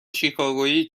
شیکاگویی